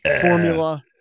formula